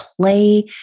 play